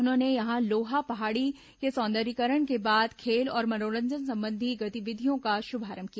उन्होंने यहां लोहा पहाड़ी के सौंदर्यीकरण के बाद खेल और मनोरंजन संबंधी गतिविधियों का शुभारंभ किया